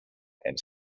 and